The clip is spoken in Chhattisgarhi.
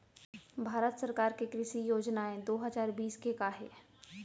भारत सरकार के कृषि योजनाएं दो हजार बीस के का हे?